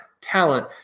talent